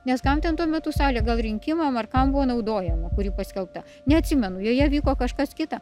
nes kam ten tuo metu salę gal rinkimam ar kam buvo naudojama kuri paskelbta neatsimenu joje vyko kažkas kita